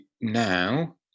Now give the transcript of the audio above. now